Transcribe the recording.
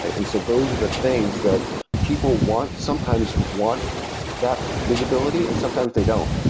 and so those are the things that people want sometimes want that visibility and sometimes they don't,